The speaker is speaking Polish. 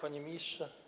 Panie Ministrze!